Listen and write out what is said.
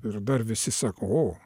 ir dar visi sako